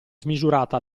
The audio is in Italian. smisurata